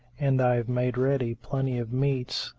and i have made ready plenty of meats,